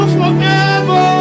forever